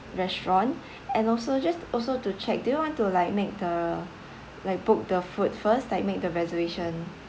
restaurant and also just also to check do you want to like make the like book the food first like make the reservation